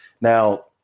Now